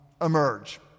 emerge